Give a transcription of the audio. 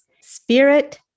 Spirit